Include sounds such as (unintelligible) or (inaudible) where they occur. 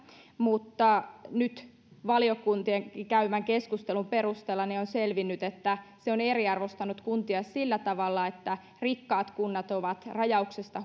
mutta nyt valiokuntien käymän keskustelun perusteella on selvinnyt että se on eriarvoistanut kuntia sillä tavalla että rikkaat kunnat ovat rajauksesta (unintelligible)